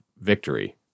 victory